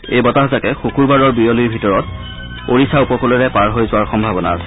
এই বতাহজাকে শুকুৰবাৰৰ বিয়লিৰ ভিতৰত ওড়িশা উপকূলেৰে পাৰ হৈ যোৱাৰ সম্ভাৱনা আছে